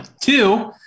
Two